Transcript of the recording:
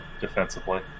defensively